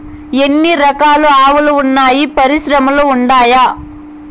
ఎన్ని రకాలు ఆవులు వున్నాయి పరిశ్రమలు ఉండాయా?